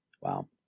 Wow